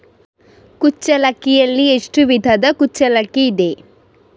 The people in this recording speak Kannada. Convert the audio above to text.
ಕುಚ್ಚಲಕ್ಕಿಯಲ್ಲಿ ಎಷ್ಟು ವಿಧದ ಕುಚ್ಚಲಕ್ಕಿ ಇದೆ?